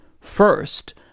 first